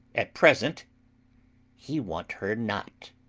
at present he want her not.